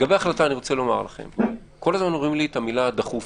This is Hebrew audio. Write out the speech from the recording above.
לפחות הייתם אומרים מליאת הממשלה הייתי מבין.